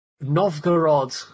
Novgorod